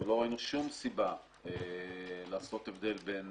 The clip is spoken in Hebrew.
ולא ראינו שום סיבה לעשות הבדל בין